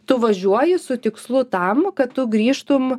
tu važiuoji su tikslu tam kad tu grįžtum